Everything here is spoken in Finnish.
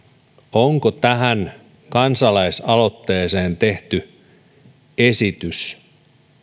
onko tähän kansalaisaloitteeseen tehty esitys